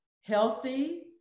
healthy